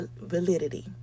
validity